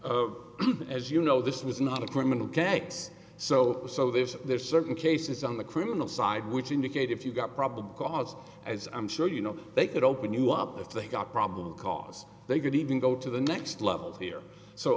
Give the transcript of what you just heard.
as you know this was not a criminal case so so there's a there's certain cases on the criminal side which indicate if you've got probable cause as i'm sure you know they could open you up if they got probable cause they could even go to the next level here so